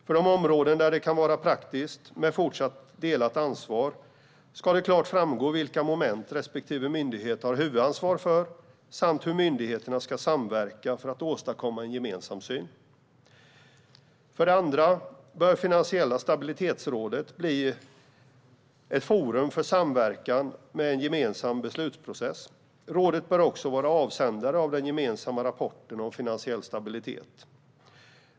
För de områden där det kan vara praktiskt med ett fortsatt delat ansvar ska det klart framgå vilka moment respektive myndighet har huvudansvar för samt hur myndigheterna ska samverka för att åstadkomma en gemensam syn. För det andra bör Finansiella stabilitetsrådet bli ett forum för samverkan med en gemensam beslutsprocess. Rådet bör också vara avsändare av den gemensamma rapporten om finansiell stabilitet.